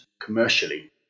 commercially